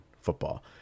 football